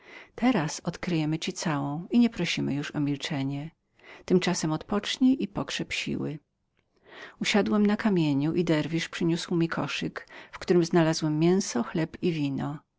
teraz odkryjemy ci całą i nie prosimy już o milczenie tymczasem odpocznij i pokrzep siły usiadłem na kamieniu i derwisz przyniósł mi koszyk w którym znalazłem mięso chleb i wino